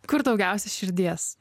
kur daugiausiai širdies